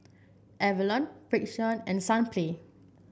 Avalon Frixion and Sunplay